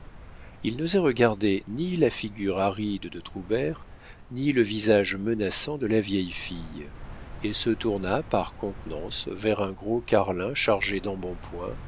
il n'osait regarder ni la figure aride de troubert ni le visage menaçant de la vieille fille et se tourna par contenance vers un gros carlin chargé d'embonpoint